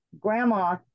Grandma